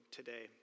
today